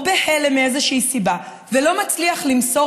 או בהלם מאיזושהי סיבה ולא מצליח למסור